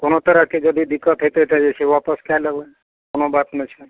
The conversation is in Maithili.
कोनो तरहके जदि दिक्कत होयतै तऽ जे छै वापस कए लेबै कोनो बात नहि छै